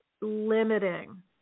limiting